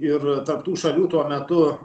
ir tarp tų šalių tuo metu